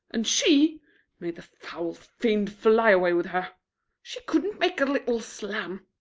and she may the foul fiend fly away with her she couldn't make a little slam!